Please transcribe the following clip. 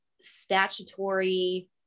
statutory